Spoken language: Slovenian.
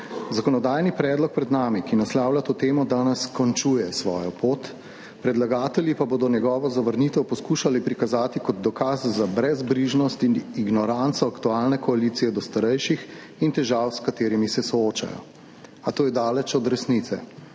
Zakonodajni predlog pred nami, ki naslavlja to temo, danes končuje svojo pot, predlagatelji pa bodo njegovo zavrnitev poskušali prikazati kot dokaz za brezbrižnost in ignoranco aktualne koalicije do starejših in težav, s katerimi se soočajo. A to je daleč od resnice.